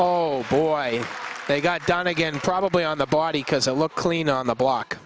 oh boy they got down again probably on the body because it looked clean on the block